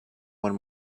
one